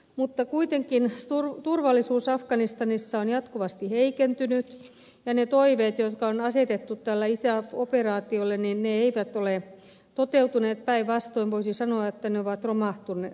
mutta kuitenkin turvallisuus afganistanissa on jatkuvasti heikentynyt eivätkä ne toiveet joita on asetettu tälle isaf operaatiolle ole toteutuneet päinvastoin voisi sanoa että ne ovat romahtaneet